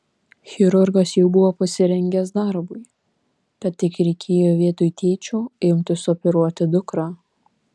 chirurgas jau buvo pasirengęs darbui tad tik reikėjo vietoj tėčio imtis operuoti dukrą